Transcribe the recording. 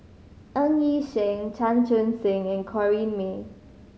Ng Yi Sheng Chan Chun Sing and Corrinne May